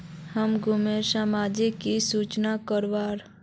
हम मुर्गा सामग्री की सूचना करवार?